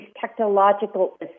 technological